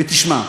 ותשמע,